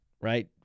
right